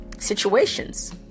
situations